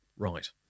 Right